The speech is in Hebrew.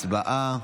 הצבעה.